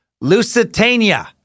Lusitania